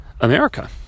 america